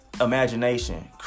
imagination